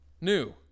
new